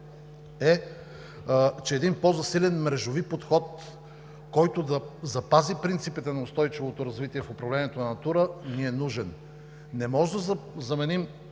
е, че един по-засилен мрежови подход, който да запази принципите на устойчивото развитие в управлението на „Натура 2000“, ни е нужен. Не може да заменим